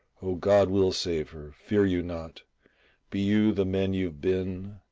oh, god will save her, fear you not be you the men you've been,